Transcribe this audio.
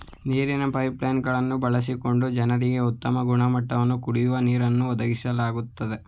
ನೀರಿನ pipeline ಗಳನ್ನು ಬಳಸಿಕೊಂಡು ಜನರಿಗೆ ಉತ್ತಮ ಗುಣಮಟ್ಟದ ಕುಡಿಯೋ ನೀರನ್ನು ಒದಗಿಸ್ಲಾಗ್ತದೆ